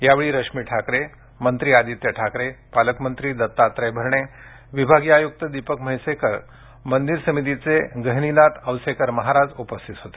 यावेळी रश्मी ठाकरे मंत्री अदित्य ठाकरे पालकमंञी दत्ताञय भरणे विभागिय आयुक्त दिपक म्हैसेकर मंदिर समितीचे गहिनीनाथ औसेकर महाराज उपस्थित होते